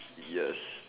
yes